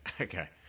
Okay